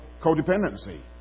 codependency